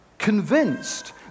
Convinced